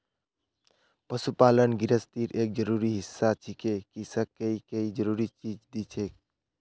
पशुपालन गिरहस्तीर एक जरूरी हिस्सा छिके किसअ के ई कई जरूरी चीज दिछेक